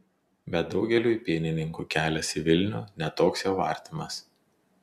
bet daugeliui pienininkų kelias į vilnių ne toks jau artimas